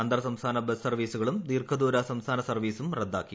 അന്തർസംസ്ഥാന ബസ് സർവീസുകളും ദീർഘദൂര സംസ്ഥാന സർവീസും റദ്ദാക്കി